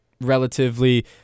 relatively